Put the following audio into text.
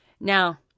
Now